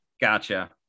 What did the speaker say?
Gotcha